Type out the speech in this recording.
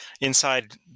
inside